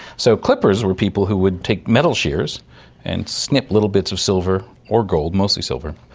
so clippers were people who would take metal shears and snip little bits of silver or gold, mostly silver,